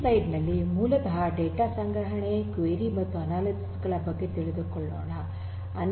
ಈ ಸ್ಲೈಡ್ ನಲ್ಲಿ ಮೂಲತಃ ಡೇಟಾ ಸಂಗ್ರಹಣೆ ಕ್ವೆರಿ ಮತ್ತು ಅನಾಲಿಸಿಸ್ ಗಳ ಬಗ್ಗೆ ತಿಳಿದುಕೊಳ್ಳೋಣ